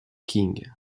qing